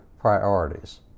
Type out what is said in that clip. priorities